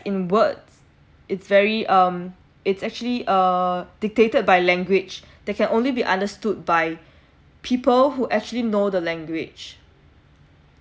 in words it's very um it's actually uh dictated by language that can only be understood by people who actually know the language